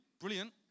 Brilliant